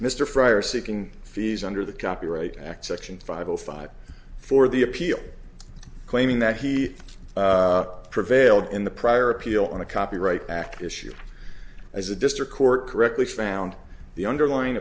mr fryar seeking fees under the copyright act section five zero five for the appeal claiming that he prevailed in the prior appeal on a copyright back issue as a district court correctly found the underlying